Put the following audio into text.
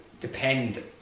depend